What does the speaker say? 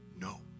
no